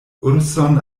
urson